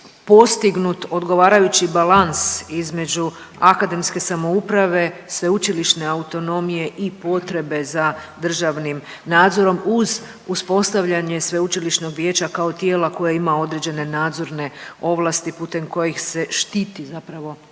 postignut odgovarajući balans između akademske samouprave, sveučilišne autonomije i potrebe za državnim nadzorom uz uspostavljanje sveučilišnog vijeća kao tijela koje ima određene nadzorne ovlasti putem kojih se štiti zapravo,